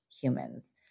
humans